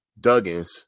Duggins